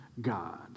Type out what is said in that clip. God